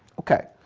okay.